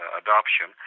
adoption